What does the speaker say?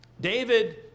David